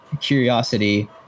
Curiosity